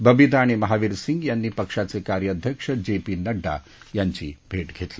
बबीता आणि महाविरसिंग यांनी पक्षाचे कार्यअध्यक्ष जे पी नड्डा यांची भेट घेतली